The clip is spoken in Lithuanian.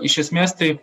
iš esmės tai